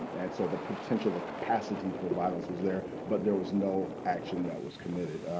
and so the potential, the capacity for violence was there, but there was no action that was committed,